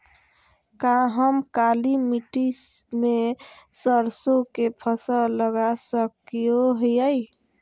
का हम काली मिट्टी में सरसों के फसल लगा सको हीयय?